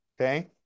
okay